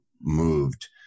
moved